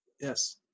Yes